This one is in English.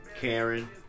Karen